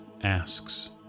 asks